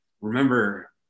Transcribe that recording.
remember